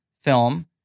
film